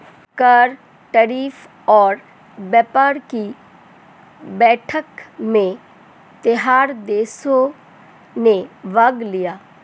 कर, टैरिफ और व्यापार कि बैठक में तेरह देशों ने भाग लिया